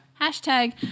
Hashtag